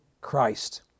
Christ